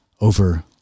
over